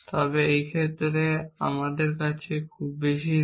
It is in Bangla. তবে এই ক্ষেত্রে আমাদের কাছে খুব বেশি নেই